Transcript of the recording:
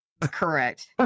Correct